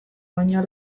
baina